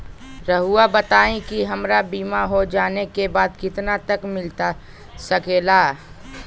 रहुआ बताइए कि हमारा बीमा हो जाने के बाद कितना तक मिलता सके ला?